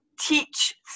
teach